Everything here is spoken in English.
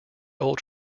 old